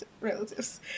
relatives